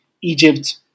Egypt